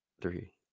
three